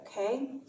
Okay